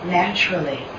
naturally